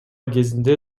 кезинде